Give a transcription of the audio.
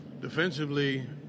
Defensively